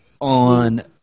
on